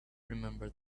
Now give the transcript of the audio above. remember